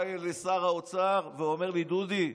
בא שר האוצר ואומר לי: דודי,